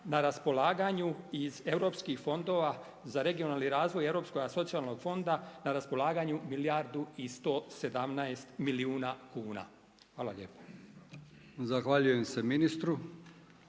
na raspolaganju iz europskih fondova za regionalni razvoj europskog socijalnog fonda, na raspolaganju milijardu i 117 milijuna kuna. Hvala lijepa. **Brkić, Milijan